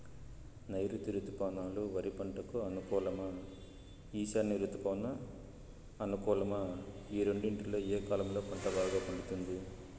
నైరుతి రుతుపవనాలు వరి పంటకు అనుకూలమా ఈశాన్య రుతుపవన అనుకూలమా ఈ రెండింటిలో ఏ కాలంలో పంట బాగా పండుతుంది?